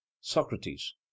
Socrates